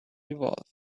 evolve